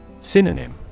Synonym